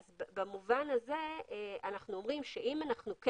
במובן הזה אנחנו אומרים שאם אנחנו כן